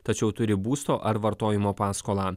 tačiau turi būsto ar vartojimo paskolą